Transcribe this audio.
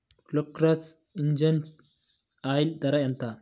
Kirloskar engine oil ధర ఎంత?